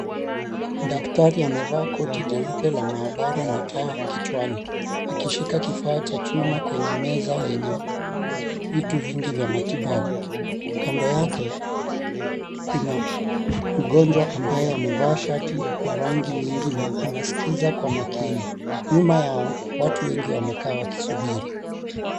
Daktari amevaa koti jeupe la maabara na taa kichwani akishika kifaa cha chuma kwenye meza yenye vitu vingi vya matibabu, kando yake Kuna mgonjwa ambaye amevaa shati ya rangi nyingi na anasikiza kwa makini. Nyuma yao watu wengi wamekaa wakisubiri.